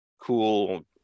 cool